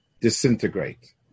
disintegrate